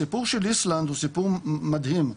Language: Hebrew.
הסיפור של איסלנד הוא סיפור מדהים,